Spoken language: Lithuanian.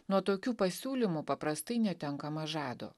nuo tokių pasiūlymų paprastai netenkama žado